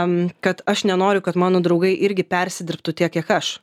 kad aš nenoriu kad mano draugai irgi persidirbtų tiek kiek aš